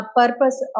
purpose